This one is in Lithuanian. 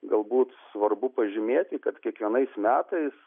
galbūt svarbu pažymėti kad kiekvienais metais